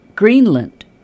Greenland